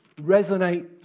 resonate